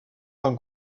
d’en